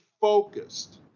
focused